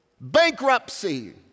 bankruptcy